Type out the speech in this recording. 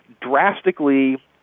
drastically